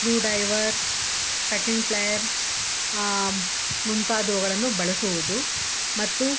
screw driver cutting plier ಮುಂತಾದವುಗಳನ್ನು ಬಳಸುವುದು ಮತ್ತು